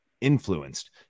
influenced